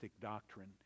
doctrine